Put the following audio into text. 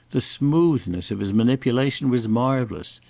the smoothness of his manipulation was marvellous.